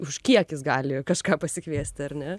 už kiek jis gali kažką pasikviesti ar ne